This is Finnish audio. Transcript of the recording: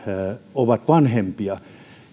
ovat vanhempia